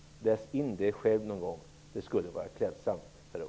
Läs in det själv någon gång, Per Unckel. Det skulle vara klädsamt.